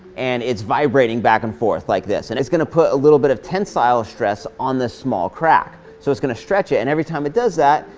and it's vibrating back and forth like this, and it's going to put a little bit of tensile stress on the small crack. so it's going to stretch it. and every time it does that,